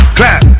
clap